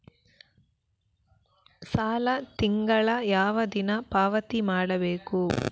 ಸಾಲ ತಿಂಗಳ ಯಾವ ದಿನ ಪಾವತಿ ಮಾಡಬೇಕು?